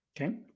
Okay